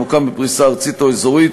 המוקם בפריסה ארצית או אזורית,